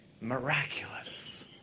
Miraculous